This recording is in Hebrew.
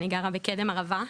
אני גרה בקדם ערבה.